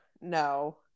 No